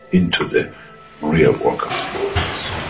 into the real work of the universe.